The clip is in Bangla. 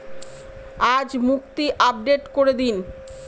আজ মুক্তি আপডেট করে দিন